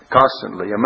constantly